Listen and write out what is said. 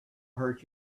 hurt